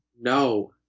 No